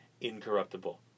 incorruptible